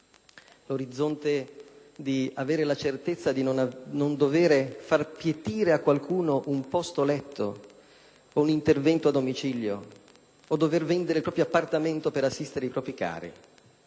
L'orizzonte di avere la certezza di non dover far pietire a qualcuno un posto letto o un intervento a domicilio o di dover vendere il proprio appartamento per assistere i propri cari.